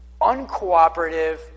uncooperative